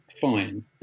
fine